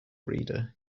reader